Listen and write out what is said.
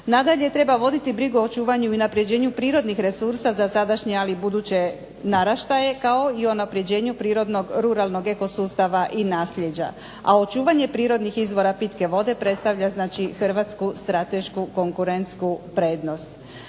nadalje treba voditi brigu o čuvanju i unapređenju prirodnih resursa za sadašnje, ali i buduće naraštaje, kao i o napređenju prirodnog ruralnog eko sustava i nasljeđa, a očuvanje prirodnih izvora pitke vode predstavlja znači hrvatsku stratešku konkurentsku prednost.